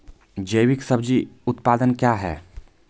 जैविक सब्जी उत्पादन क्या हैं?